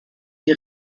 die